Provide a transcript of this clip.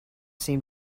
seem